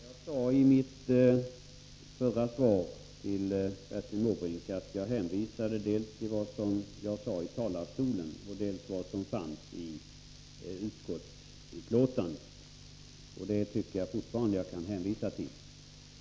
Herr talman! I min förra replik till Bertil Måbrink hänvisade jag dels till vad jag tidigare sagt här från talarstolen, dels till vad som står i utskottsbetänkandet. Det tycker jag fortfarande att jag kan hänvisa till.